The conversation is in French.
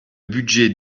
budget